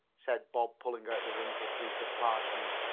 said bob, pulling out the wrinkled piece of parchment.